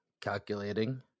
Calculating